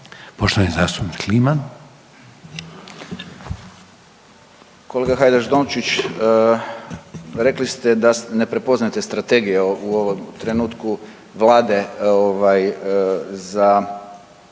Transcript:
**Kliman, Anton (HDZ)** Kolega Hajdaš Dončić, rekli ste da ne prepoznajete strategije u ovom trenutku vlade ovaj